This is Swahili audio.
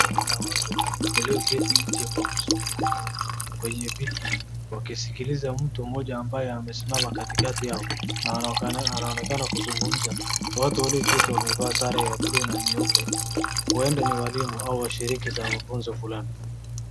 Kundi la watu walioketi nje kwa mzunguko, kwenye viti wakisikiliza mtu mmoja ambaye amesimama katikati yao na anaonekana akizungumza, watu ile kitu wamevaa sare ya blue na nyeupe huenda kuwa ni walimu au washiriki za mafunzo fulani.